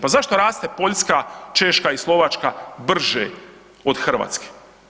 Pa zašto raste Poljska, Češka i Slovačka brže od Hrvatske?